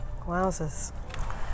Wowzers